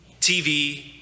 TV